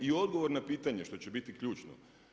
I odgovor na pitanje što će biti ključno.